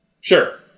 Sure